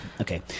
Okay